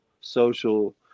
social